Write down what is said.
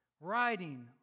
riding